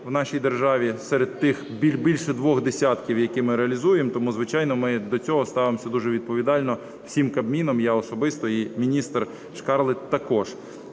в нашій державі серед тих більше двох десятків, які ми реалізуємо, тому, звичайно, ми до цього ставимося дуже відповідально всім Кабміном, я особисто і міністр Шкарлет також.